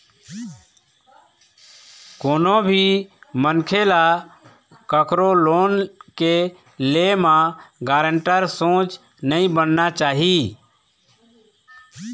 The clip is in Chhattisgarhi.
कोनो भी मनखे ल कखरो लोन के ले म गारेंटर सोझ नइ बनना चाही